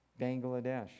Bangladesh